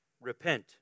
Repent